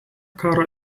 karo